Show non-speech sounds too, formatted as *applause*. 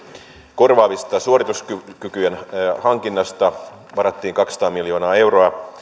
korvaavien suorituskykyjen hankinnasta varattiin kaksisataa miljoonaa euroa *unintelligible*